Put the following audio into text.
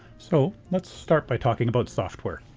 so let's start by talking about software.